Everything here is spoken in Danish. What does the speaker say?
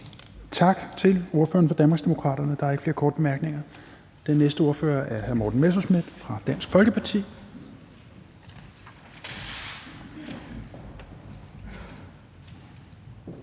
Tak til ordføreren for Danmarksdemokraterne. Der er ikke flere korte bemærkninger. Den næste ordfører er hr. Morten Messerschmidt fra Dansk Folkeparti.